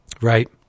Right